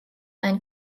ein